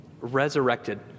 resurrected